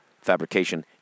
fabrication